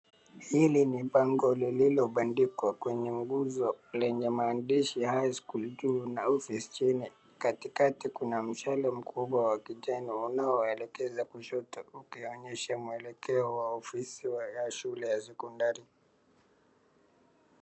Hili ni bango lililo bandikwa kwenye gunzo lenye maandishi High School juu na Office chini katikati kuna mshale mkubwa wa kijani unao elekeza kushoto ukionyesha mwelekeo wa ofisi ya shule ya sekondari.